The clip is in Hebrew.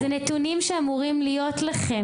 להלן תרגומם: אלה נתונים שאמורים להיות לכם.